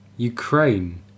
Ukraine